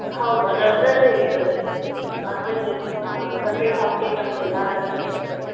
ಹೌದು ಅದು ಅದರಲ್ಲೇ ಇರ್ತದೆ ಅದರಲ್ಲೇ ನಾ ಸಪ್ರೇಟ್ ಹಾಕಬೇಕಂತ ಇಲ್ಲ ಅದರಲ್ಲೇ ಇರ್ತದೆ